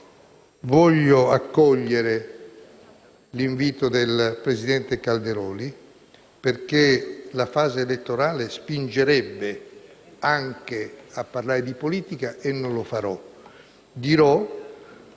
Voglio accogliere l'invito del presidente Calderoli, perché la fase elettorale spingerebbe anche a parlare di politica e non lo farò.